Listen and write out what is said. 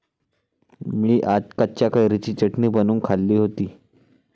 मी आज कच्च्या कैरीची चटणी बनवून खाल्ली होती